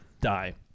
die